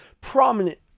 prominent